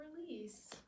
release